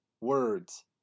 words